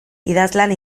idazlan